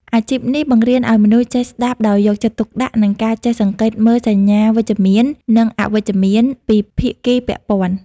អាជីពនេះបង្រៀនឱ្យមនុស្សចេះស្តាប់ដោយយកចិត្តទុកដាក់ និងការចេះសង្កេតមើលសញ្ញាវិជ្ជមាន និងអវិជ្ជមានពីភាគីពាក់ព័ន្ធ។